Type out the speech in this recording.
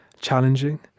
challenging